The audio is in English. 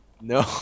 No